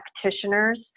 practitioners